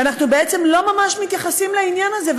ואנחנו בעצם לא ממש מתייחסים לעניין הזה,